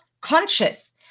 conscious